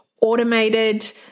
automated